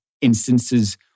instances